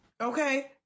okay